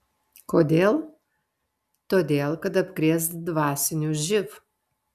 kodėl todėl kad apkrės dvasiniu živ